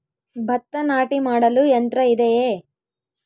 ಭತ್ತ ನಾಟಿ ಮಾಡಲು ಯಂತ್ರ ಇದೆಯೇ?